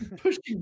pushing